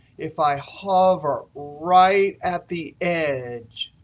if i hover right at the edge,